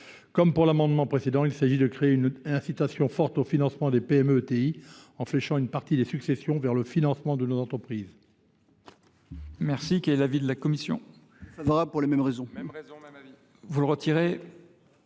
Comme avec l’amendement précédent, il s’agit de créer une incitation forte au financement des PME et des ETI en fléchant une partie des successions vers le financement de nos entreprises.